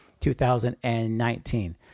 2019